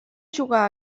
juga